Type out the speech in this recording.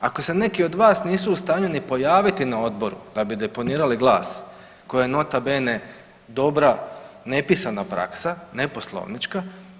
Ako se neki od vas nisu u stanju ni pojaviti na odboru da bi deponirali glas koji je nota bene dobra nepisana praksa, ne poslovnička.